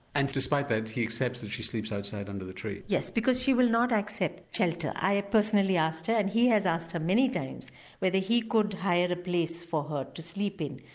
and despite that he accepts that she sleeps outside under the tree? yes, because she will not accept shelter. i personally asked her and he has asked her many times whether he could hire a place for her to sleep in.